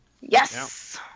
yes